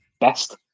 best